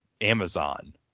Amazon